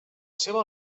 seva